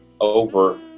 over